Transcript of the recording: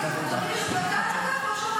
אולי תקרא גם אתה לאחותך שתבוא